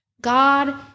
God